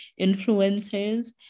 influencers